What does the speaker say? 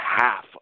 half